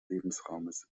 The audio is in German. lebensraumes